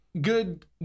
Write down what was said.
Good